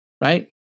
right